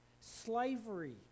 Slavery